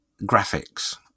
graphics